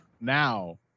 now